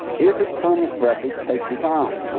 if it's permanent records, take your time